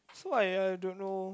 so I I don't know